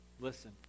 Listen